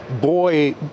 boy